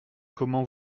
comment